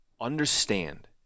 understand